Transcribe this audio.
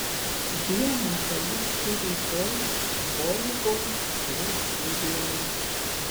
vieną paliksiu rytoj volvo slėptuvėje